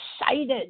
excited